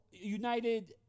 United